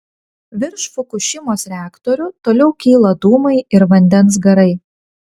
virš fukušimos reaktorių toliau kyla dūmai ir vandens garai